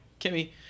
kimmy